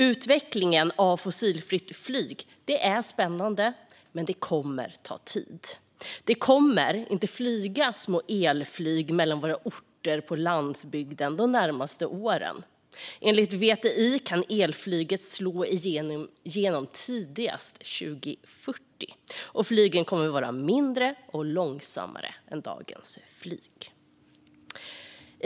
Utvecklingen av fossilfritt flyg är spännande men kommer att ta tid. Det kommer inte att flyga små elflyg mellan våra orter på landsbygden de närmaste åren. Enligt VTI kan elflyget slå igenom tidigast 2040, och flygen kommer att vara mindre och långsammare än dagens flyg.